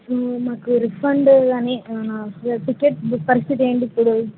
మాకు రిఫండ్ కానీ ticket book పరిస్థితి ఏమిటి ఇప్పుడు